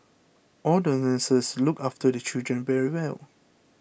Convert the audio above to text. all the nurses look after the children very well